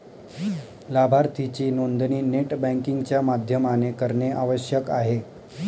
लाभार्थीची नोंदणी net banking च्या माध्यमाने करणे आवश्यक आहे